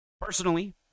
Personally